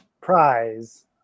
prize